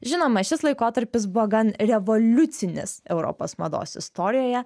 žinoma šis laikotarpis buvo gan revoliucinis europos mados istorijoje